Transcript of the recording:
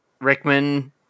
Rickman